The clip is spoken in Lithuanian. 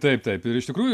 taip taip ir iš tikrųjų